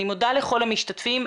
אני מודה לכל המשתתפים.